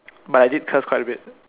but I did curse quite a bit